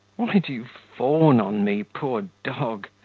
why do you fawn on me, poor dog?